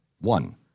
One